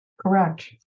Correct